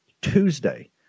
Tuesday